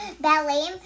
ballet